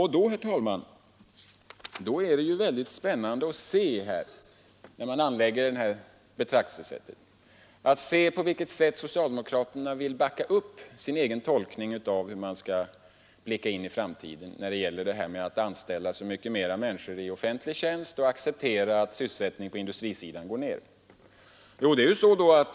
Herr talman! När man tillämpar detta betraktelsesätt är det mycket spännande att se på vilket sätt socialdemokraterna vill backa upp sin egen tolkning av hur vi skall blicka in i framtiden: att vi skall anställa så mycket fler människor i offentlig tjänst och acceptera att sysselsättningen på industrisidan går ned.